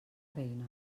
reina